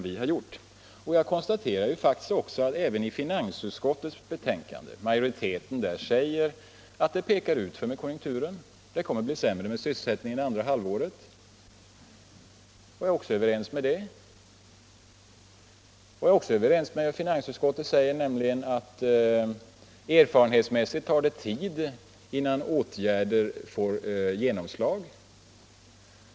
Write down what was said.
Jag konstaterar faktiskt att även majoriteten bakom finansutskottets betänkande säger att det pekar utför med konjunkturen och att sysselsättningsgraden kommer att minska under andra halvåret. Jag är överens med den om detta. Jag är även överens med finansutskottet om uttalandet att det erfarenhetsmässigt tar tid innan åtgärder får genomslag.